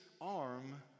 arm